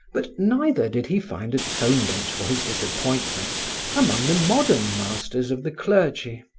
but neither did he find atonement for his disappointments among the modern masters of the clergy.